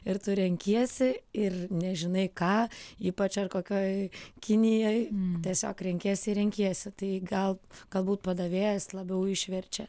ir tu renkiesi ir nežinai ką ypač ar kokioj kinijoj tiesiog renkiesi ir renkiesi tai gal galbūt padavėjas labiau išverčia